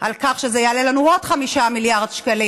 על כך שזה יעלה לנו עוד 5 מיליארד שקלים.